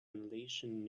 unleashing